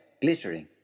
glittering